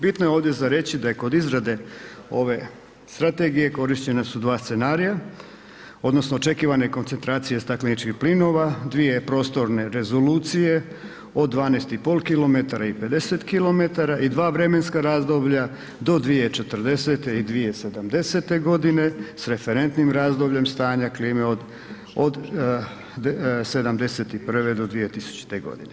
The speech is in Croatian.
Bitno je ovdje za reći da je kod izrade ove strategije korištena su dva scenarija odnosno očekivane koncentracije stakleničkih plinova, dvije prostorne rezolucije od 12,5 km i 50 km i dva vremenska razdoblja do 2040. i 2070. godine s referentnim razdobljem stanja klime od '71. do 2000. godine.